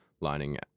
lining